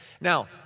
Now